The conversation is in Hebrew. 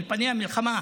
אולפני המלחמה,